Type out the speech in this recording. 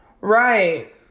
Right